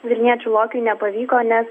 vilniečių lokiui nepavyko nes